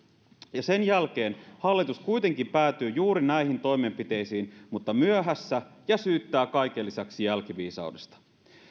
ja sen jälkeen hallitus kuitenkin päätyy juuri näihin toimenpiteisiin mutta myöhässä ja syyttää kaiken lisäksi jälkiviisaudesta